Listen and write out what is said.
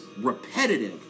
repetitive